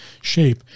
shape